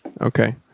Okay